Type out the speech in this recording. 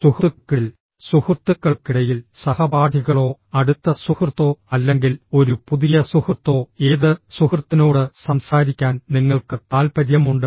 സുഹൃത്തുക്കൾക്കിടയിൽ സുഹൃത്തുക്കൾക്കിടയിൽ സഹപാഠികളോ അടുത്ത സുഹൃത്തോ അല്ലെങ്കിൽ ഒരു പുതിയ സുഹൃത്തോ ഏത് സുഹൃത്തിനോട് സംസാരിക്കാൻ നിങ്ങൾക്ക് താൽപ്പര്യമുണ്ട്